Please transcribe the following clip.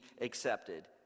accepted